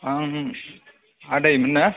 आं आदै मोन ना